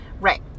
Right